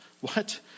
What